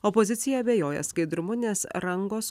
opozicija abejoja skaidrumu nes rangos